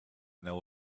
know